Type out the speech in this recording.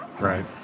right